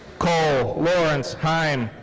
cole lawrence heim.